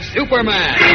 Superman